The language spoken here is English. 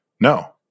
No